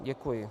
Děkuji.